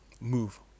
move